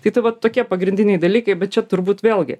tai tai va tokie pagrindiniai dalykai bet čia turbūt vėlgi